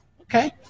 Okay